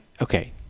okay